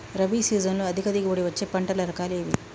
రబీ సీజన్లో అధిక దిగుబడి వచ్చే పంటల రకాలు ఏవి?